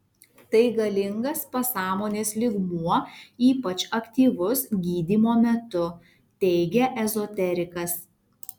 tai galingas pasąmonės lygmuo ypač aktyvus gydymo metu teigia ezoterikas